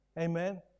Amen